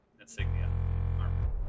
insignia